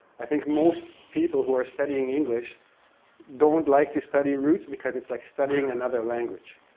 i think most people who are studying english don't like to study roots because it's like studying another language.